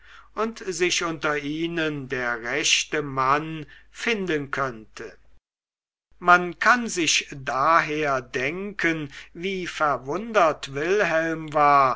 und sich unter ihnen der rechte mann finden könnte man kann sich daher denken wie verwundert wilhelm war